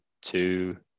two